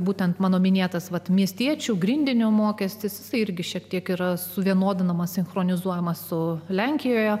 būtent mano minėtas vat miestiečių grindinio mokestis irgi šiek tiek yra suvienodinamas sinchronizuojama su lenkijoje